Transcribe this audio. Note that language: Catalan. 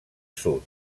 sud